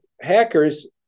hackers